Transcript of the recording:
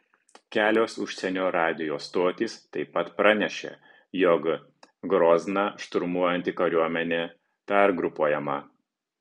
kelios užsienio radijo stotys taip pat pranešė jog grozną šturmuojanti kariuomenė pergrupuojama